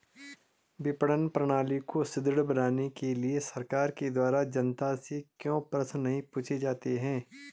विपणन प्रणाली को सुदृढ़ बनाने के लिए सरकार के द्वारा जनता से क्यों प्रश्न नहीं पूछे जाते हैं?